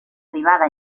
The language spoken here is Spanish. privada